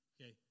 Okay